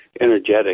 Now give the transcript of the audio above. energetic